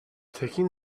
taking